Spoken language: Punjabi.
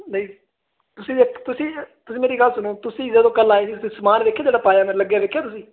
ਨਹੀਂ ਤੁਸੀਂ ਮੇਰੀ ਗੱਲ ਸੁਣੋ ਤੁਸੀਂ ਜਦੋਂ ਕੱਲ ਆਏ ਸੀ ਸਮਾਨ ਵੇਖੇ ਜਿਹੜਾ ਪਾਇਆ ਮੈਂ ਲੱਗਿਆ ਵੇਖਿਆ ਤੁਸੀਂ